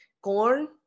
corn